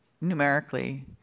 numerically